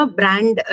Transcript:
brand